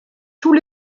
tous